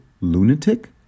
lunatic